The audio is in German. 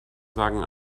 sagen